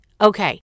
Okay